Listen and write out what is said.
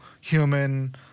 human